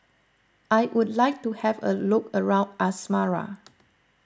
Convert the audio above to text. I would like to have a look around Asmara